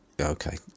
Okay